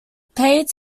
paid